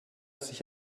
sich